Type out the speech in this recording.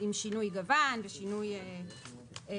עם שינוי גוון ושינוי פריטים.